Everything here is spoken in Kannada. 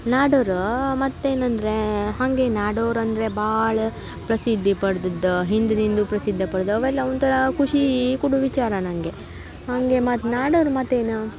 ನಾಡೋರು ಮತ್ತೆನಂದರೆ ಹಾಗೆ ನಾಡೋರು ಅಂದರೆ ಭಾಳ ಪ್ರಸಿದ್ಧಿ ಪಡ್ದಿದ್ದು ಹಿಂದ್ನಿಂದ್ಲೂ ಪ್ರಸಿದ್ಧಿ ಪಡ್ದವೆ ಅವೆಲ್ಲ ಒಂಥರ ಖುಷಿ ಕೊಡೋ ವಿಚಾರ ನನಗೆ ಹಾಗೆ ಮತ್ತು ನಾಡೋರ ಮಾತೇನು